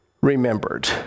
remembered